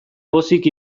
pozik